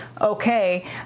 okay